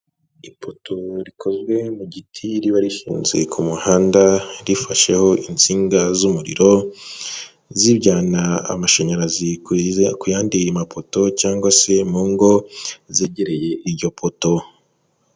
Ipoto rikozwe mu giti, riba rishinze ku muhanda, rifasheho insinga z'umuriro, zijyana amashanyarazi ku yandi mapoto, cyangwa se mu ngo zegereye iryo poto.